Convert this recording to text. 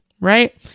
right